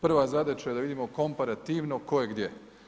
Prva zadaća je da vidimo komparativno tko je gdje.